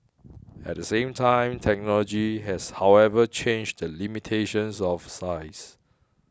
at the same time technology has however changed the limitations of size